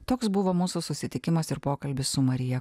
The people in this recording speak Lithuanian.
toks buvo mūsų susitikimas ir pokalbis su marija